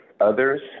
others